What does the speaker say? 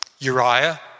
Uriah